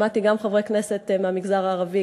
שמעתי גם חברי כנסת מהמגזר הערבי,